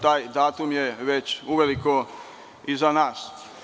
Taj datum je već uveliko iza nas.